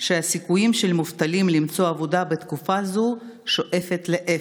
שהסיכויים של מובטלים למצוא עבודה בתקופה זו שואפים לאפס.